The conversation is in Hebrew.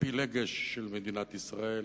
לפילגש של מדינת ישראל,